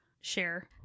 share